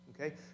okay